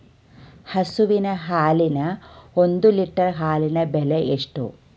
ಹಸುವಿನ ಹಾಲಿನ ಒಂದು ಲೀಟರ್ ಹಾಲಿನ ಬೆಲೆ ಎಷ್ಟು?